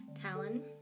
Talon